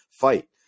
fight